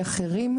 המספרים אחרים,